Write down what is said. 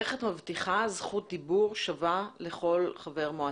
איך את מבטיחה זכות דיבור שווה לכל חבר מועצה?